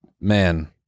man